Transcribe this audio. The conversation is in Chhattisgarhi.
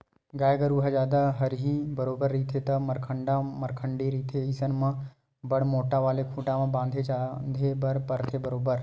गाय गरु ह जादा हरही बरोबर रहिथे या मरखंडा मरखंडी रहिथे अइसन म बड़ मोट्ठा वाले खूटा म बांधे झांदे बर परथे बरोबर